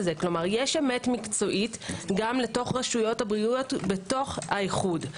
זה כלומר יש אמת מקצועית גם לתוך רשויות הבריאות בתוך האיחוד.